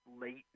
Late